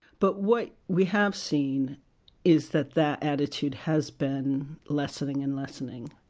but what we have seen is that that attitude has been lessening and lessening.